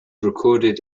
recorded